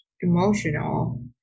emotional